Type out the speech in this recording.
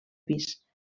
pis